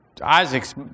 Isaac's